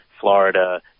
Florida